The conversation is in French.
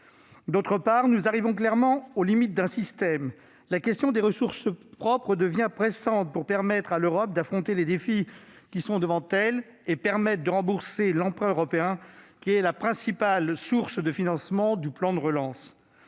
D'autre part, nous arrivons clairement aux limites d'un système : la question des ressources propres devient pressante pour permettre à l'Europe d'affronter les défis qui sont devant elle et assurer le remboursement de l'emprunt européen, principale source de financement du plan de relance.